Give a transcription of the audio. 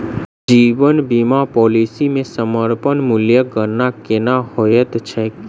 जीवन बीमा पॉलिसी मे समर्पण मूल्यक गणना केना होइत छैक?